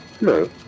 No